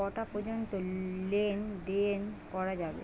কটা পর্যন্ত লেন দেন করা যাবে?